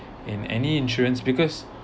in any insurance because